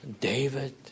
David